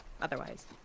Otherwise